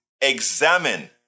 examine